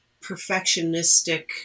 perfectionistic